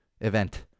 event